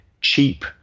cheap